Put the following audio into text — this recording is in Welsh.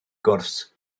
gwrs